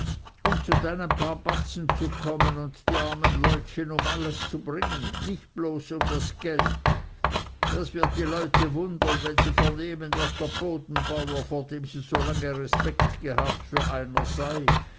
um zu deinen paar batzen zu kommen und die armen leutchen um alles zu bringen nicht bloß um das geld das wird die leute wundern wenn sie vernehmen was der bodenbauer vor dem sie so lange respekt gehabt für einer sei